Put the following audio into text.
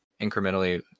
incrementally